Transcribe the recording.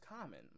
common